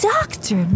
Doctor